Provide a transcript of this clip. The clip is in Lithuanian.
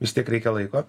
vis tiek reikia laiko